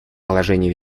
положении